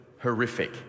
horrific